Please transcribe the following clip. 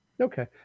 Okay